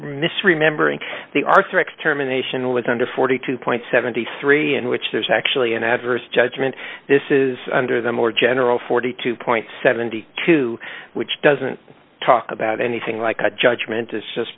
misremembering the arthur extermination was under forty two point seven three in which there's actually an adverse judgment this is under the more general forty two seventy two which doesn't talk about anything like a judgment it's just